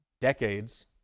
decades